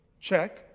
check